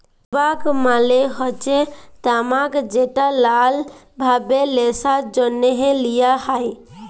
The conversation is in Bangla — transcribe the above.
টবাক মালে হচ্যে তামাক যেট লালা ভাবে ল্যাশার জ্যনহে লিয়া হ্যয়